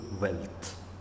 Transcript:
wealth